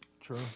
True